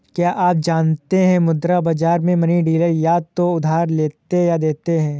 क्या आप जानते है मुद्रा बाज़ार में मनी डीलर या तो उधार लेते या देते है?